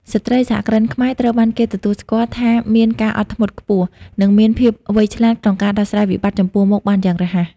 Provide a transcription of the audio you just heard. ស្ត្រីសហគ្រិនខ្មែរត្រូវបានគេទទួលស្គាល់ថាមានការអត់ធ្មត់ខ្ពស់ និងមានភាពវៃឆ្លាតក្នុងការដោះស្រាយវិបត្តិចំពោះមុខបានយ៉ាងរហ័ស។